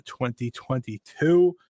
2022